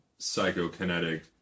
psychokinetic